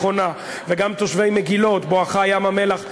וגם תושבי הערבה התיכונה וגם תושבי מגילות בואכה ים-המלח,